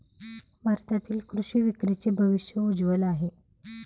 भारतातील कृषी विक्रीचे भविष्य उज्ज्वल आहे